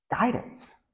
Guidance